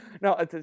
No